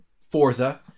Forza